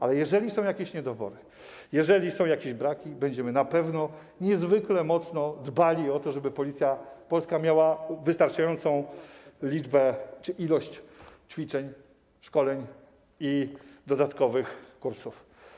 Ale jeżeli są jakieś niedobory, jeżeli są jakieś braki, będziemy na pewno niezwykle mocno dbali o to, żeby polska policja miała wystarczającą ilość ćwiczeń, szkoleń i dodatkowych kursów.